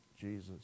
Jesus